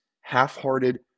half-hearted